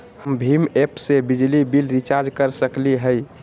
हम भीम ऐप से बिजली बिल रिचार्ज कर सकली हई?